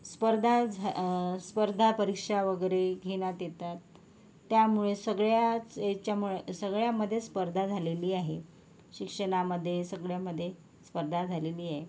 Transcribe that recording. स्पर्धा झा स्पर्धा परीक्षा वगैरे घेण्यात येतात त्यामुळे सगळ्याच ह्याच्यामुळे सगळ्यामध्ये स्पर्धा झालेली आहे शिक्षणामध्ये सगळ्यामध्ये स्पर्धा झालेली आहे